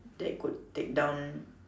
that could take down